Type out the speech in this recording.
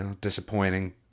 Disappointing